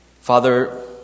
Father